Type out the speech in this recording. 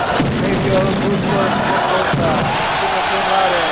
octavio ah bustos penaloza, summa cum laude.